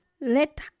let